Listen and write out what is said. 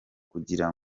kugira